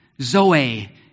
Zoe